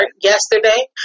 yesterday